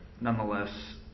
Nonetheless